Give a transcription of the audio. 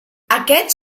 aquests